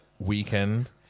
Weekend